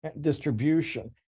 distribution